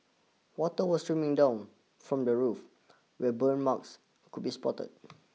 water was streaming down from the roof where burn marks could be spotted